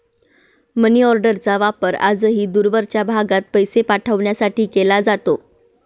मनीऑर्डरचा वापर आजही दूरवरच्या भागात पैसे पाठवण्यासाठी केला जातो